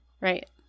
Right